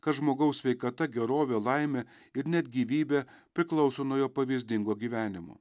kad žmogaus sveikata gerovė laimė ir net gyvybė priklauso nuo jo pavyzdingo gyvenimo